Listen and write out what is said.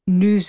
nu